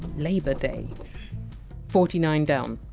labor day forty nine down.